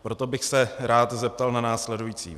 Proto bych se rád zeptal na následující.